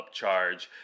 upcharge